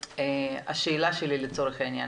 השאלה שלי לצורך העניין,